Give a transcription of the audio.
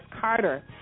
Carter